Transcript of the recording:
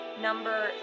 Number